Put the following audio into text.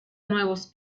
nuevos